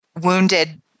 wounded